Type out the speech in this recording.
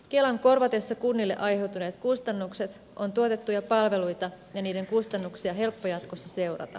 kelan korvatessa kunnille aiheutuneet kustannukset on tuotettuja palveluita ja niiden kustannuksia helppo jatkossa seurata